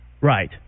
right